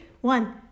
One